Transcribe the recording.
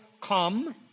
come